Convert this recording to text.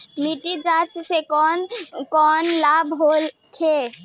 मिट्टी जाँच से कौन कौनलाभ होखे?